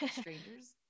strangers